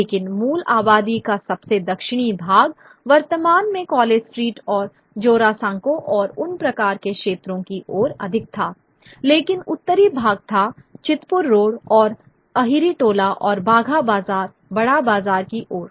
लेकिन मूल आबादी का सबसे दक्षिणी भाग वर्तमान में कॉलेज स्ट्रीट और जोरासांको और उन प्रकार के क्षेत्रों की ओर अधिक था लेकिन उत्तरी भाग था चितपुर रोड और अहिरिटोला और बाघा बाजार बड़ा बाजार की ओर